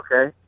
okay